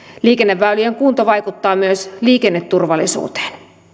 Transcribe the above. liikenneväylien kunto vaikuttaa myös liikenneturvallisuuteen